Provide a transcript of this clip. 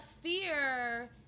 fear